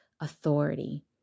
authority